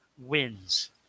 wins